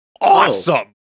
Awesome